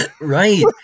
Right